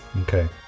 okay